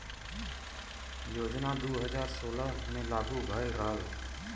योजना दू हज़ार सोलह मे लागू भयल रहल